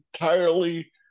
entirely